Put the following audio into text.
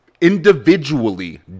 individually